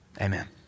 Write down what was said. Amen